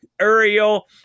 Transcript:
Ariel